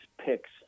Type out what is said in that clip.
picks